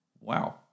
wow